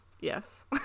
Yes